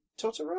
Totoro